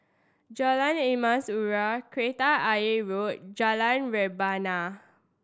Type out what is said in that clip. Jalan Emas Urai Kreta Ayer Road Jalan Rebana